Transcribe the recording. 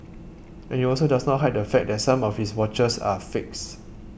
and he also does not hide the fact that some of his watches are fakes